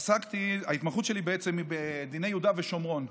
עסקתי, ההתמחות שלי היא בעצם בדיני יהודה ושומרון.